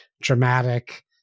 dramatic